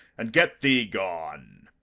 and get thee gone.